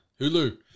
Hulu